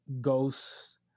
ghosts